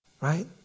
Right